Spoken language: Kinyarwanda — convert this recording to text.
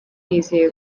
yizeye